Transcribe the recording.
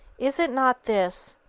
is it not this,